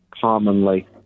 commonly